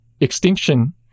extinction